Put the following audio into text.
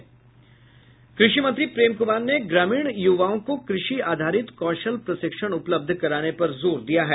कृषि मंत्री प्रेम कुमार ने ग्रामीण युवाओं को कृषि आधारित कौशल प्रशिक्षण उपलब्ध कराने पर जोर दिया है